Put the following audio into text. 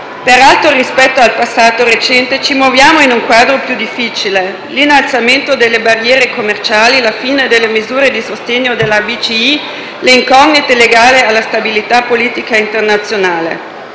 Peraltro, rispetto al passato recente, ci muoviamo in un quadro più difficile: l'innalzamento delle barriere commerciali, la fine delle misure di sostegno della BCE, le incognite legate alla stabilità politica internazionale.